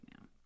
now